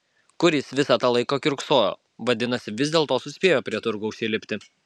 kur jis visą tą laiką kiurksojo vadinasi vis dėlto suspėjo prie turgaus įlipti